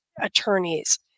attorneys